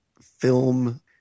film